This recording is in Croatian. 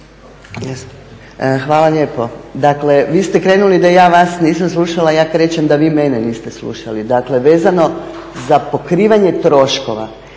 Hvala lijepo. Dakle, vi ste krenuli da ja vas nisam slušala, ja krećem da vi mene niste slušali. Dakle, vezano za pokrivanje troškova